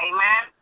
Amen